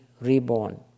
reborn